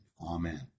Amen